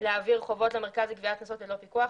להעביר חובות למרכז לגביית קנסות ללא פיקוח.